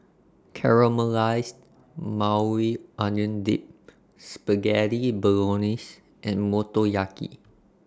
Caramelized Maui Onion Dip Spaghetti Bolognese and Motoyaki